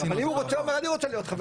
אבל אם הוא אומר: אני רוצה להיות חבר.